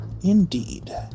Indeed